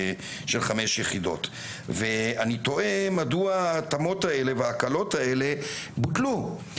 יחידות ואני תוהה מדוע ההתאמות האלה וההקלות האלה בוטלו.